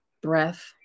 breath